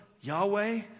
Yahweh